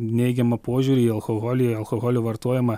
neigiamą požiūrį į alkoholį alkoholio vartojimą